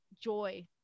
joy